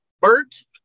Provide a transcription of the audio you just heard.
Bert